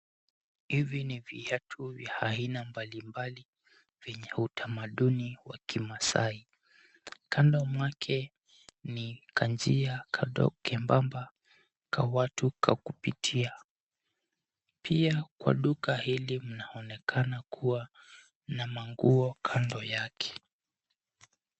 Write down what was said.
Hivi ni viatu vya aina mbalimbali venye utamaduni wa kimasai. Kando mwake ni kanjia kadogo kembamba ka watu ka kupitia. Pia kwa duka hili mnaonekana kuwa na nguo kando yake.